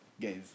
Guys